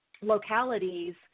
localities